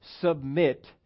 submit